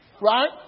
Right